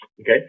Okay